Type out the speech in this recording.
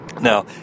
Now